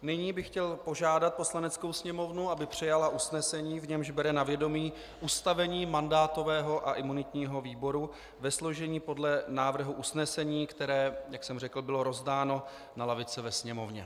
Nyní bych chtěl požádat Poslaneckou sněmovnu, aby přijala usnesení, v němž bere na vědomí ustavení mandátového a imunitního výboru ve složení podle návrhu usnesení, které jak jsem řekl bylo rozdáno na lavice ve Sněmovně.